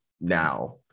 now